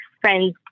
friends